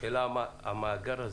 המאגר הזה,